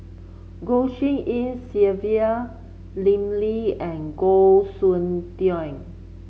Goh Tshin En Sylvia Lim Lee and Goh Soon Tioe